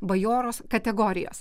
bajoros kategorijos